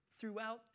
throughout